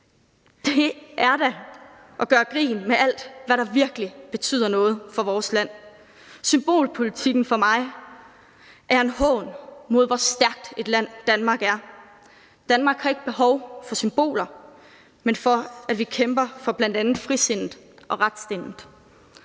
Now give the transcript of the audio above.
Det er da at gøre grin med alt, hvad der virkelig betyder noget for vores land. Symbolpolitikken er for mig en hån mod, hvor stærkt et land Danmark er. Danmark har ikke behov for symboler, men for, at vi kæmper for bl.a. frisindet og retsindet.